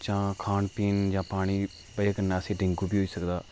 जां खान पीन जां पानी दी बजह् कन्नै असें ई डेंगू बी होई सकदा